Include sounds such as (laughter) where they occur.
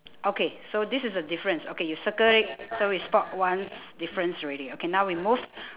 okay so this is a difference okay you circle it so we spot one difference already okay now we move (breath)